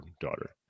daughter